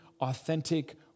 authentic